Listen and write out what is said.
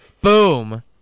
boom